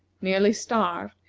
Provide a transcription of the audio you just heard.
nearly starved,